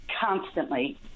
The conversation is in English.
constantly